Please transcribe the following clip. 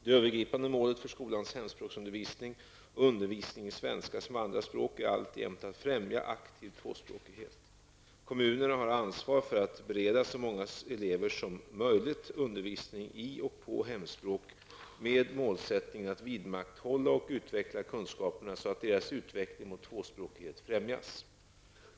Det övergripande målet för skolans hemspråksundervisning och undervisning i svenska som andra språk är alltjämt att främja aktiv tvåspråkighet. Kommunerna har ansvar för att bereda så många elever som möjligt undervisning i och på hemspråk med målsättningen att vidmakthålla och utveckla kunskaperna så att deras utveckling mot tvåspråkighet främjas.